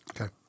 Okay